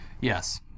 Yes